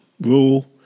rule